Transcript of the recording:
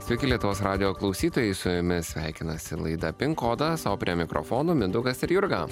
sveiki lietuvos radijo klausytojai su jumis sveikinasi laida pinkodas o prie mikrofono mindaugas ir jurga